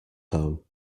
home